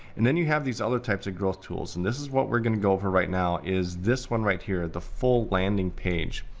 and then you have these other types of growth tools, and this is what we're gonna go over right now, is this one right here, the full landing page.